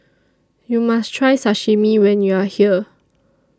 YOU must Try Sashimi when YOU Are here